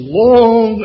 long